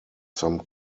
some